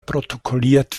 protokolliert